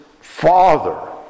father